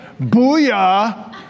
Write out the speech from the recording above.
Booyah